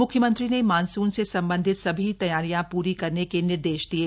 म्ख्यमंत्री ने मानसून से संबंधित सभी तैयारियां प्री करने के निर्देश दिये